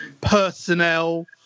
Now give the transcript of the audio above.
personnel